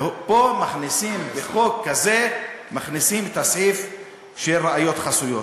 ופה מכניסים, בחוק הזה, את הסעיף של ראיות חסויות.